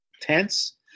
tense